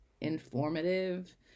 informative